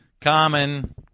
Common